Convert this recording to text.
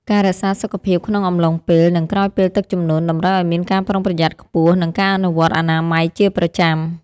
ការរក្សាសុខភាពក្នុងអំឡុងពេល និងក្រោយពេលទឹកជំនន់ តម្រូវឱ្យមានការប្រុងប្រយ័ត្នខ្ពស់ និងការអនុវត្តអនាម័យជាប្រចាំ។